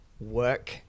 work